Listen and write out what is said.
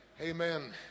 Amen